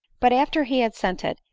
but after he had sent it,